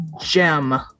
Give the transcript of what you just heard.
Gem